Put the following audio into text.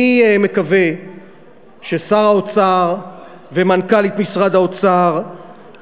אני מקווה ששר האוצר ומנכ"לית משרד האוצר